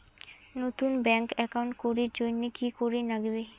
নতুন bank account করির জন্যে কি করিব নাগিবে?